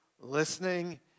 Listening